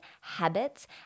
habits